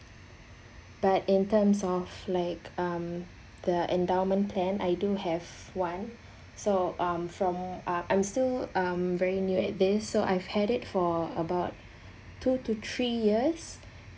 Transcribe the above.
but in terms of like um the endowment plan I do have one so um from uh I'm still um very new at this so I've had it for about two to three years